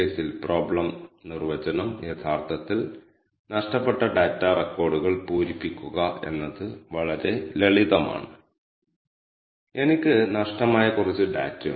csv ൽ നിന്ന് വായിച്ച ഡാറ്റ ട്രിപ്പ് ഡീറ്റെയിൽസ് എന്ന ഒബ്ജക്റ്റിലേക്ക് അസൈൻ ചെയ്യുന്നു